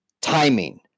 timing